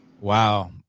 Wow